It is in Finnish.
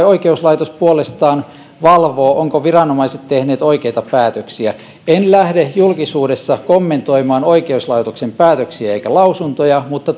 oikeuslaitos puolestaan valvoo ovatko viranomaiset tehneet oikeita päätöksiä en lähde julkisuudessa kommentoimaan oikeuslaitoksen päätöksiä enkä lausuntoja mutta